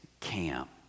camp